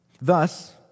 Thus